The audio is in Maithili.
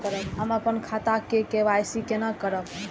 हम अपन खाता के के.वाई.सी केना करब?